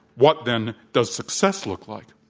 what then does success look like?